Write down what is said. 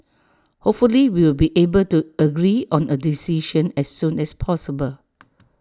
hopefully we will be able to agree on A decision as soon as possible